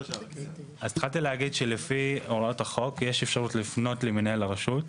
אז התחלתי להגיד שלפי הוראות החוק יש אפשרות לפנות למנהל הרשות,